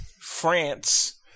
France